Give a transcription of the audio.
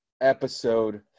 episode